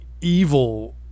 evil